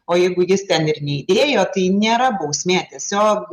o jeigu jis ten ir neįdėjo tai nėra bausmė tiesiog